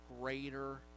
greater